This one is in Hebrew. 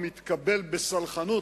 ומתקבל בסלחנות,